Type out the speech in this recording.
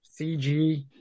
CG